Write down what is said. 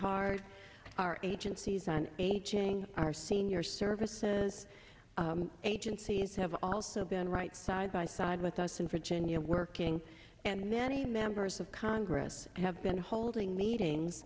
hard our agencies on aging our senior services agencies have also been right side by side with us in virginia working and many members of congress have been holding meetings